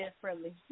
friendly